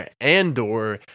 Andor